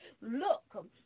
Look